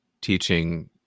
teaching